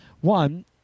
One